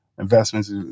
investments